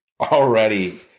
Already